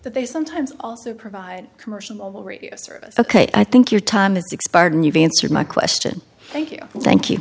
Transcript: that they sometimes also provide commercial radio service ok i think your time is expired and you've answered my question thank you thank you